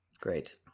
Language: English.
great